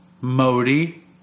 Modi